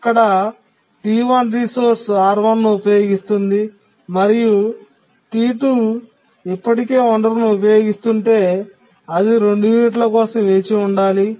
ఇక్కడ T1 resource R1 ను ఉపయోగిస్తుంది మరియు T2 ఇప్పటికే వనరును ఉపయోగిస్తుంటే అది 2 యూనిట్ల కోసం వేచి ఉండాలి